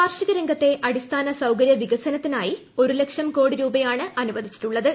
കാർഷിക രംഗത്തെ അടിസ്ഥാന സൌകര്യ വികസനത്തിനായി ഒരു ലക്ഷം കോടി രൂപയാണ് അനുവദിച്ചിട്ടുള്ളത്